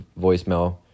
voicemail